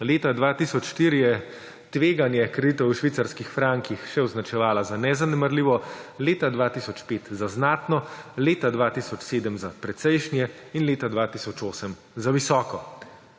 Leta 2004 je tveganje kreditov v švicarskih frankih še označevala za nezanemarljivo, leta 2005 za znatno, leta 2007 za precejšnje in leta 2008 za visoko.